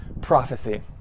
prophecy